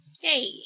Hey